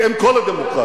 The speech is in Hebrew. היא אם כל הדמוקרטיות.